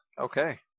Okay